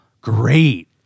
great